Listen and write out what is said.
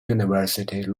university